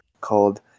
called